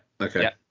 okay